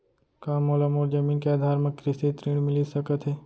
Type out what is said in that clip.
का मोला मोर जमीन के आधार म कृषि ऋण मिलिस सकत हे?